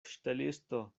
ŝtelisto